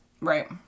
right